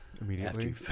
Immediately